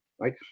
right